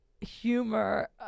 humor